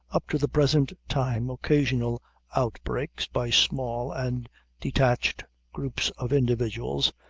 up to the present time occasional outbreaks, by small and detached groups of individuals,